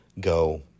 go